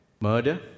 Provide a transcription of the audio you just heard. murder